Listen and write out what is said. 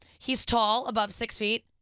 he's tall, above six feet,